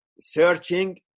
searching